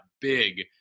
big